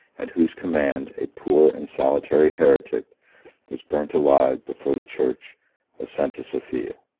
at whose command a poor and solitary heretic was burnt alive before the church of st. sophia.